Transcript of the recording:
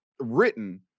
written